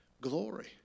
Glory